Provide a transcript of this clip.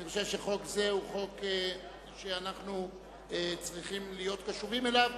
אני חושב שחוק זה הוא חוק שאנו צריכים להיות קשובים אליו.